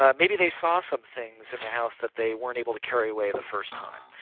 ah maybe they saw some things in the house that they weren't able to carry away the first time,